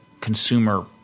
consumer